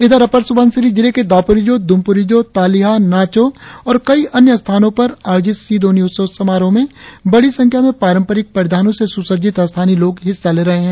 इधर अपर सुबनसिरी जिले के दापोरिजो दुंपोरिजो तालिहा नाचो और कई अन्य स्थानों पर आयोजित सी दोन्यी उत्सव समारोह में बड़ी संख्या में पारंपरिक परिधानों से सुसज्जित स्थानीय लोग हिस्सा ले रहे हैं